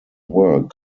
work